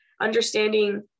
understanding